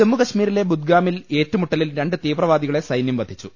ജമ്മുകശ്മീരിലെ ബുദ്ഗാമിൽ ഏറ്റുമുട്ടലിൽ രണ്ട് തീവ്രവാ ദികളെ സൈന്യം വധിച്ചു